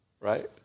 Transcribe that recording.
Right